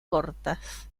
cortas